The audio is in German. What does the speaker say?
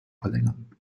verlängern